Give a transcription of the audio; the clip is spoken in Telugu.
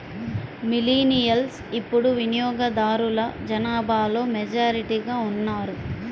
మిలీనియల్స్ ఇప్పుడు వినియోగదారుల జనాభాలో మెజారిటీగా ఉన్నారు